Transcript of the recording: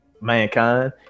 mankind